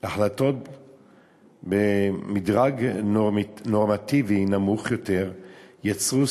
החלטות במדרג נורמטיבי נמוך יותר יצרו